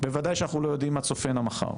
בוודאי שאנחנו לא יודעים מה צופן המחר.